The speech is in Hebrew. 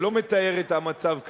זה לא מתאר את המצב כרגע,